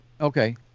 Okay